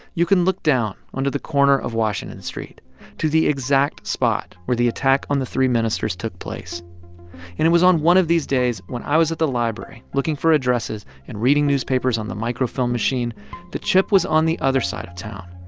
you can look down on to the corner of washington street to the exact spot where the attack on the three ministers took place. and it was on one of these days when i was at the library looking for addresses and reading newspapers on the microfilm machine that chip was on the other side of town,